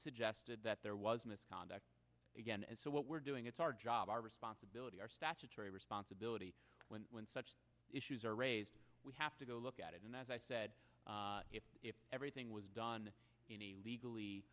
suggested that there was misconduct again and so what we're doing it's our job our responsibility our statutory responsibility when when such issues are raised we have to go look at it and as i said if everything was done in a legally